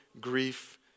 grief